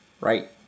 right